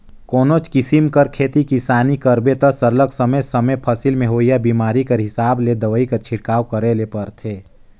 कोनोच किसिम कर खेती किसानी करबे ता सरलग समे समे फसिल में होवइया बेमारी कर हिसाब ले दवई कर छिड़काव करे ले परथे